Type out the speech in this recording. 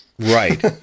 Right